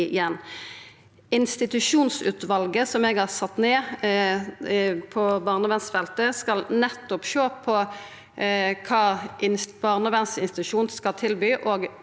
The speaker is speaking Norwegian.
Institusjonsutvalet, som eg har sett ned på barnevernsfeltet, skal sjå på kva barnevernsinstitusjonane skal tilby,